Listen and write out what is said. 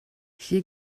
hier